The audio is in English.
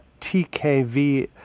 TKV